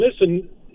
Listen